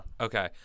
Okay